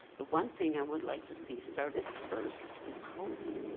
the one thing i would like to see started first is housing.